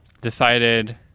decided